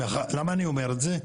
למה אני אומר את זה,